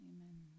Amen